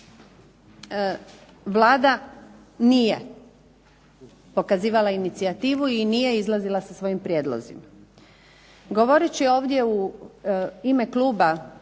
Vlada nije pokazivala inicijativu i nije izlazila sa svojim prijedlozima. Govoreći ovdje u ime Kluba